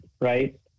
right